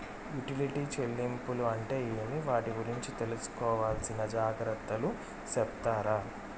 Utility చెల్లింపులు అంటే ఏమి? వాటి గురించి తీసుకోవాల్సిన జాగ్రత్తలు సెప్తారా?